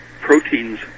proteins